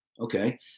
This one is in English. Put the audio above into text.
Okay